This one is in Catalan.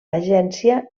agència